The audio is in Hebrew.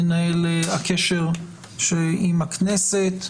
מנהל הקשר עם הכנסת,